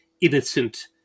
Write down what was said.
innocent